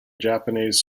japanese